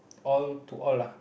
all to all lah